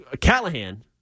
Callahan